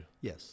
Yes